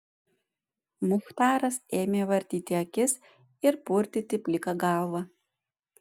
muchtaras ėmė vartyti akis ir purtyti pliką galvą